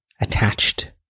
attached